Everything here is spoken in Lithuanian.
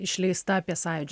išleista apie sąjūdžio